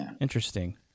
interesting